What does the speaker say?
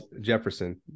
Jefferson